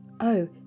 Oh